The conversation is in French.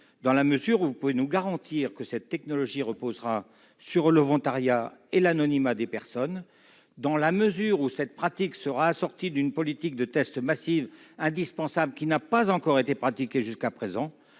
dans la mesure où vous pouvez nous garantir que cette technologie reposera sur le volontariat et l'anonymat des personnes, dans la mesure où cette pratique sera assortie d'une politique de tests massive indispensable, politique qui n'a pas encore été pratiquée jusqu'à présent,